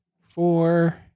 four